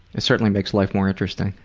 it certainly makes life more interesting.